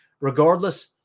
Regardless